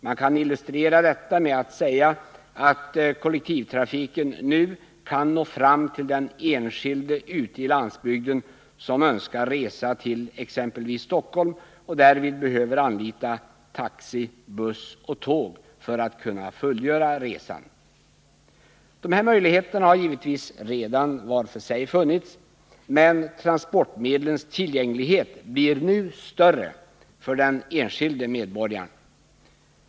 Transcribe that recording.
Man kan illustrera detta med att säga att kollektivtrafiken nu kan nå fram till den enskilde ute i glesbygden som önskar resa till exempelvis Stockholm och därvid behöver anlita taxi, buss och tåg för att kunna fullgöra resan. De här möjligheterna har givetvis redan var för sig funnits, men transportmedlens tillgänglighet blir nu större för den enskilde medborgaren.